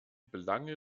belange